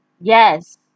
Yes